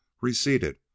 receded